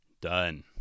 Done